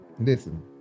listen